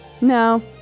No